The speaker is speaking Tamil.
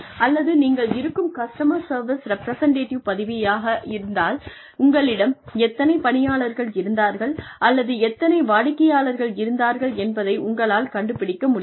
அல்லது நீங்கள் இருப்பது கஸ்டமர் சர்வீஸ் ரெப்ரசன்டேட்டிவ் பதவியாக இருந்தால் உங்களிடம் எத்தனை பணியாளர்கள் இருந்தார்கள் அல்லது எத்தனை வாடிக்கையாளர்கள் இருந்தார்கள் என்பதை உங்களால் கண்டுபிடிக்க முடியும்